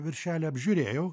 viršelį apžiūrėjau